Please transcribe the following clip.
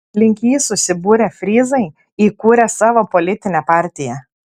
aplink jį susibūrę fryzai įkūrė savo politinę partiją